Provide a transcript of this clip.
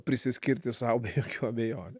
prisiskirti sau be jokių abejonių